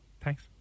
thanks